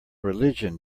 religion